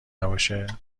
نباشه